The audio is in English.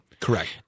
Correct